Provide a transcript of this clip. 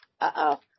Uh-oh